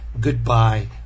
goodbye